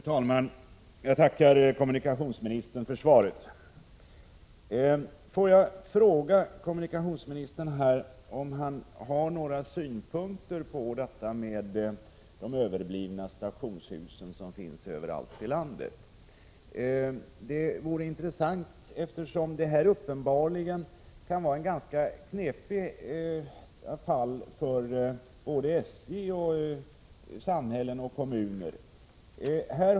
Fru talman! Jag tackar kommunikationsministern för svaret. Får jag fråga kommunikationsministern om han har några synpunkter på problemet med de överblivna stationshus som finns överallt i landet. Det vore intressant att få veta det, eftersom detta uppenbarligen kan vara ganska knepiga fall för både SJ och berörda kommuner.